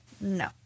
No